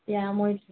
এতিয়া মই